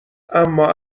اما